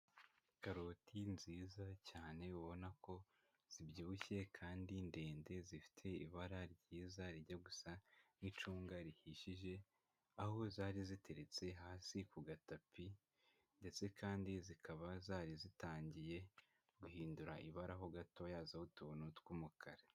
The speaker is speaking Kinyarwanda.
Karoti nziza cyane ubona ko zibyibushye kandi ndende zifite ibara ryiza rijya gusa nk'icunga rihishije, aho zari ziteretse hasi ku gatapi ndetse kandi zikaba zari zitangiye guhindura ibara ho gatoya hazaho utuntu tw'umukara.